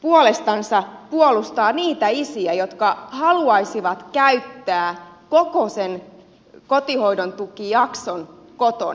kuka puolestansa puolustaa niitä isiä jotka haluaisivat käyttää koko sen kotihoidontukijakson kotona